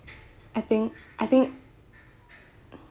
I think I think